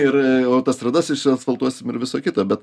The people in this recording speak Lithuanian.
ir autostradas išsiasfaltuosim ir visa kita bet